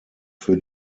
für